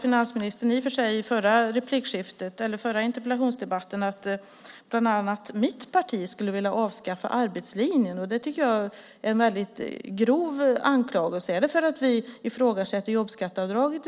Finansministern sade i förra interpellationsdebatten att mitt parti skulle vilja avskaffa arbetslinjen. Det tycker jag var en grov anklagelse. Är det för att vi ifrågasätter jobbskatteavdraget?